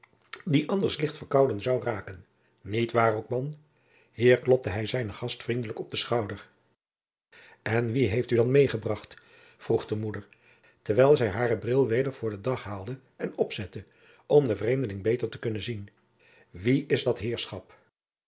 die aôrs licht verkoûen zou raken niet waôr ook man hier klopte hij zijnen gast vriendelijk op den schouder en wie heit oe dan met ebracht vroeg de moeder terwijl zij haren bril weder voor den dag haalde en opzette om den vreemdeling beter te kunnen zien wie is dat heerschop